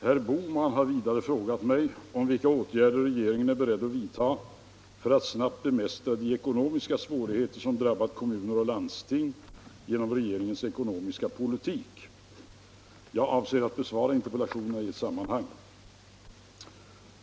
Herr Bohman har vidare frågat mig om vilka åtgärder regeringen är beredd att vidtaga för att snabbt bemästra de ekonomiska svårigheter som drabbat kommuner och landsting genom regeringens ekonomiska politik. Jag avser att besvara interpellationerna i ett sammanhang.